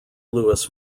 louis